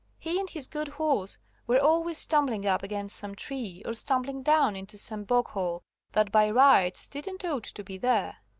he and his good horse were always stumbling up against some tree or stumbling down into some bog-hole that by rights didn't ought to be there.